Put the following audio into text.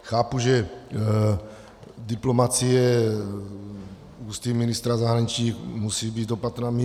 Chápu, že diplomacie ústy ministra zahraničí musí být opatrná.